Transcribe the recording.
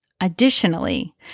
Additionally